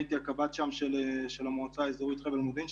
הייתי הקב"ט שם של המועצה האזורית חבל מודיעין,